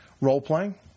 role-playing